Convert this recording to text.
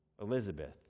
Elizabeth